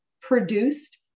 produced